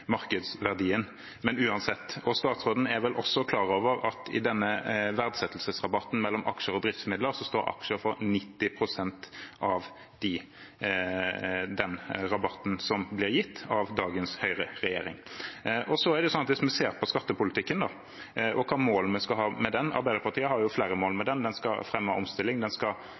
markedsverdien. Men uansett: Statsråden er vel også klar over at i verdsettelsesrabatten mellom aksjer og driftsmidler står aksjer for 90 pst. av den rabatten som ble gitt av dagens høyreregjering. Hvis vi ser på skattepolitikken og hvilke mål vi skal ha med den, har Arbeiderpartiet flere mål: Den skal fremme omstilling, den skal fremme